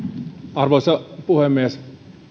arvoisa puhemies